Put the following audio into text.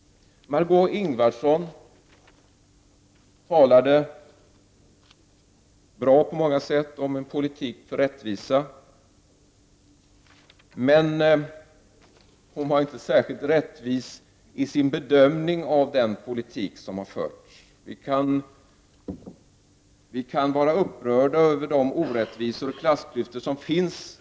Margö Ingvardsson talade bra på många sätt om en politik för rättvisa, men hon var inte särskilt rättvis i sin bedömning av den politik som har förts. Vi kan vara upprörda över de orättvisor och klassklyftor som finns i det Prot.